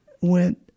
went